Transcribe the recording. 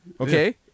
Okay